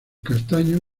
castaño